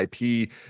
ip